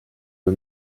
kui